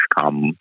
come